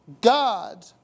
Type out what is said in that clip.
God